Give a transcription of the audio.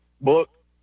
Book